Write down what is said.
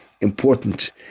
important